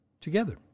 Together